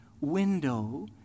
window